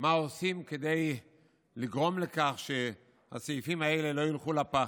מה עושים כדי לגרום לכך שהסעיפים האלה לא ילכו לפח.